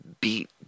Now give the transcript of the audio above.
beat